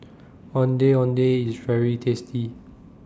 Ondeh Ondeh IS very tasty